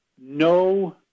no